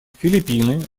филиппины